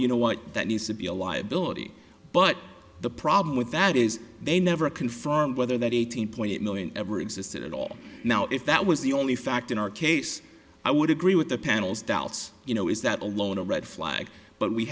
you know what that needs to be a liability but the problem with that is they never confirm whether that eighteen point eight million ever existed at all now if that was the only fact in our case i would agree with the panel's doubts you know is that alone a red flag but we